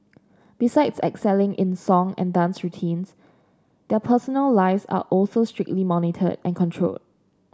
besides excelling in song and dance routines their personal lives are also strictly monitored and controlled